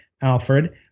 alfred